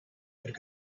could